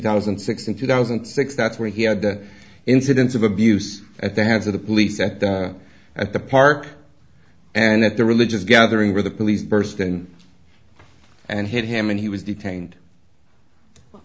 thousand and six and two thousand and six that's where he had the incidents of abuse at the hands of the police at the at the park and at the religious gathering where the police burst in and hit him and he was detained